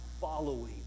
following